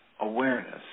awareness